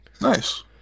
Nice